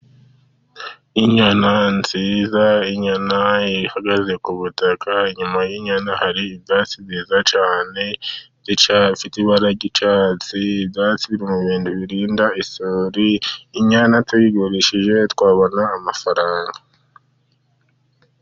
Inyana nziza. Inyana ihagaze ku butaka ,inyuma y'inyana hari ibyatsi byiza cyane, by,ibara ry'icyatsi, Ibyatsi biri mu bintu birinda isuri .Inyana tuyigurishije twabona amafaranga